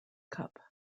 cup